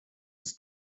ist